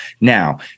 now